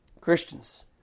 christians